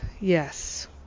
yes